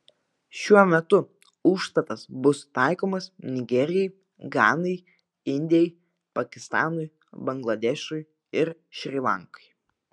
šiuo metu užstatas bus taikomas nigerijai ganai indijai pakistanui bangladešui ir šri lankai